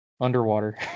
underwater